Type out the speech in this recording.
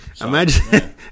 Imagine